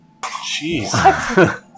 Jeez